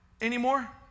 anymore